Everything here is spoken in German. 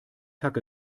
hacke